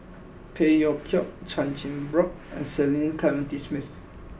Phey Yew Kok Chan Chin Bock and Cecil Clementi Smith